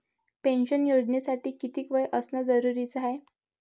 Pension योजनेसाठी कितीक वय असनं जरुरीच हाय?